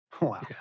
Wow